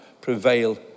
prevail